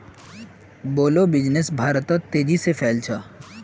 बोड़ो बिजनेस भारतत तेजी से फैल छ